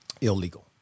illegal